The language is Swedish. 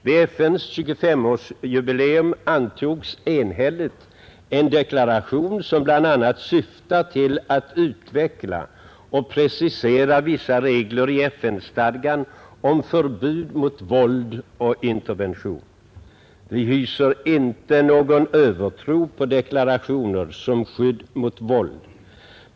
Vid FN:s 2S-årsjubileum antogs enhälligt en deklaration, som bl.a. syftar till att utveckla och precisera vissa regler i FN-stadgan om förbud mot våld och intervention. Vi hyser inte någon övertro på deklarationer som skydd mot våld.